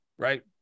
right